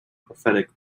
prophetic